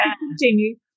continue